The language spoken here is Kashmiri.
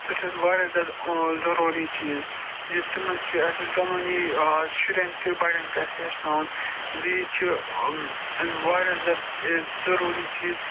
سُہ چھُ اَسہِ واریاہ زیادٕ ضٔروٗری چیٖز یہِ تِمن چھُ اَسہِ دۄنؤنی شُرٮ۪ن تہِ بَڑٮ۪ن تہِ اَسہِ ہیٚچھناوُن زِ یہِ چھُ واریاہ زیاد ضٔروٗری چیٖز